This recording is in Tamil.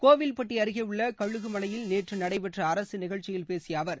கோவில்பட்டி அருகே உள்ள கழுகுமலையில் நேற்று நடைபெற்ற அரசு நிகழ்ச்சியில் பேசிய அவர்